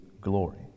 glory